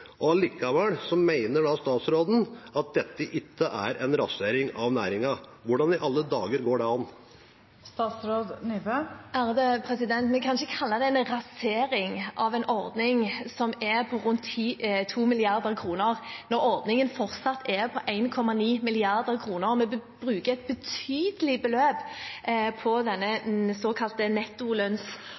Allikevel mener statsråden at dette ikke er en rasering av næringen. Hvordan i alle dager går det an? Vi kan ikke kalle det en rasering av en ordning som er på rundt 2 mrd. kr, når ordningen fortsatt er på 1,9 mrd. kr. Vi bruker et betydelig beløp på denne såkalte nettolønnsordningen. Nå har vi, som også representanten er godt kjent med, satt ned et utvalg som ser på